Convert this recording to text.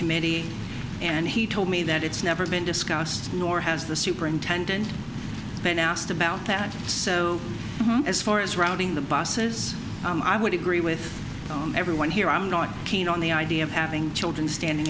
committee and he told me that it's never been discussed nor has the superintendent been asked about that so as far as rounding the buses i would agree with everyone here i'm not keen on the idea of having children standing